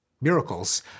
miracles